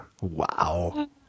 Wow